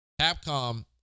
Capcom